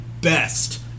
best